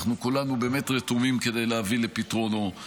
אנחנו כולנו באמת רתומים כדי להביא לפתרונו.